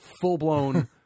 full-blown